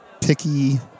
picky